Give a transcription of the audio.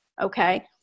Okay